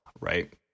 right